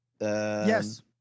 Yes